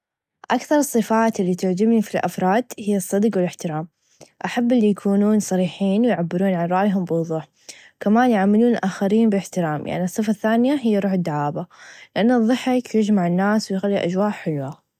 اكثر الصفات الي تعچبني في الافراد هى الصدق و الاحترام احب الي يكونون صريحين يعبىون عن رايهم بوضوح كمان يعاملون الآخرين بإحترام يعني الصفه الثانيه هى روح الدعابه لان الظحك يچمع الناس و يخلي الاچواء حلوه.